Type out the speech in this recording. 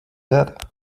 that